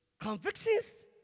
convictions